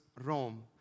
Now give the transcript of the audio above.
Rome